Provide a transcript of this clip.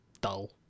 dull